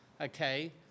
okay